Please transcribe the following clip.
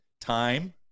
time